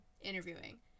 interviewing